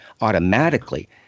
automatically